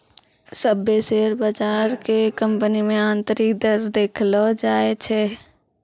सभ्भे शेयर बजार के कंपनी मे आन्तरिक दर देखैलो जाय छै